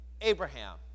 Abraham